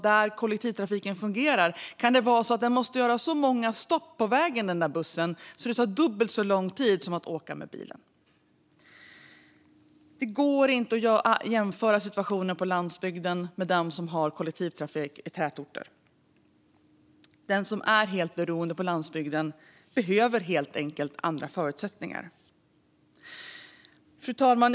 Där kollektivtrafiken fungerar kan det dessutom vara så att bussen måste göra så många stopp på vägen att det tar dubbelt så lång tid som att åka med bilen. Det går inte att jämföra situationen på landsbygden med den för dem som har kollektivtrafik i tätorter. Den som är helt beroende på landsbygden behöver helt enkelt andra förutsättningar. Fru talman!